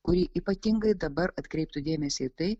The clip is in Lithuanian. kurį ypatingai dabar atkreiptų dėmesį tai